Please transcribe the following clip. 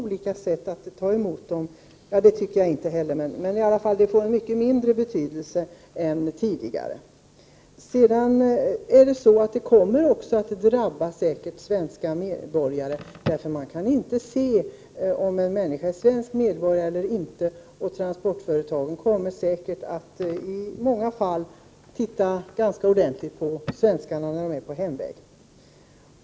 Olika sätt att ta emot flyktingar får genom detta en mycket mindre betydelse än tidigare. Sedan kommer detta att drabba också svenska medborgare — man kan inte se om en människa är svensk medborgare eller inte. Transportföretagen kommer säkert i många fall att titta ganska ordentligt på svenskar som är på hemväg.